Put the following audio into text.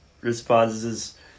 responses